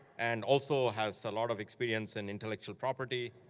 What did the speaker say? and also has a lot of experience in intellectual property.